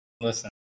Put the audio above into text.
listen